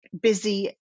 busy